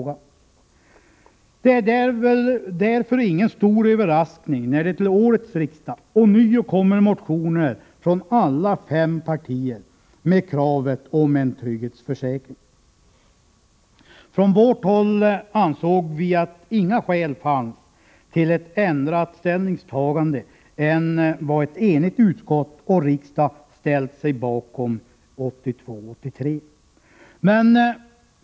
Det är väl därför ingen stor överraskning, när det till årets riksdag ånyo kommer motioner från alla fem partierna med krav om en trygghetsförsäkring. Från vårt håll ansåg vi att inga skäl fanns till ett ändrat ställningstagande i förhållande till vad utskottet och riksdagen enhälligt beslutat 1982/83.